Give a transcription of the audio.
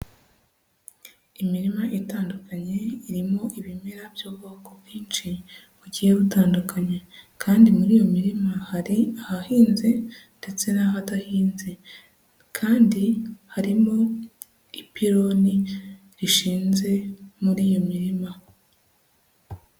Imirima itandukanye irimo ibimera by'ubwoko bwinshi bugiye butandukanye, kandi muri iyo mirima hari ahahinze ndetse n'ahadahinze, kandi harimo ipironi rishinze muri iyo mirima.